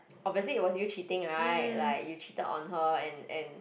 obviously it was you cheating right like you cheated on her and and